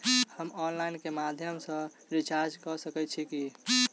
हम ऑनलाइन केँ माध्यम सँ रिचार्ज कऽ सकैत छी की?